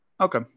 Okay